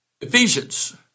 Ephesians